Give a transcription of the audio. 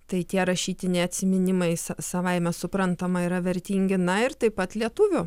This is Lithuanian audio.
tai tie rašytiniai atsiminimai sa savaime suprantama yra vertingi na ir taip pat lietuvių